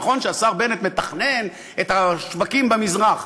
נכון שהשר בנט מתכנן את השווקים במזרח.